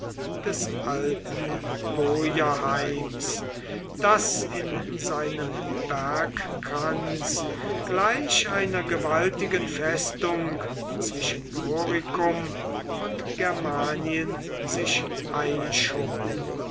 des alten boierheims das in seinem bergkranz gleich einer gewaltigen festung zwischen noricum und germanien sich einschob